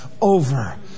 over